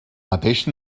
mateix